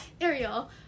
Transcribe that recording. Ariel